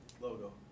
logo